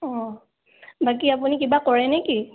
অঁ বাকী আপুনি কিবা কৰে নে কি